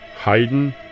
Haydn